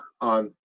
on